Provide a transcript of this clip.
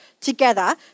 together